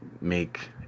make